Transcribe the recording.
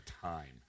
time